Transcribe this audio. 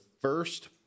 first